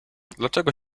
dlaczego